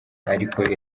ariko